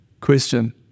question